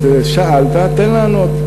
שאלת, תן לענות.